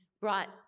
brought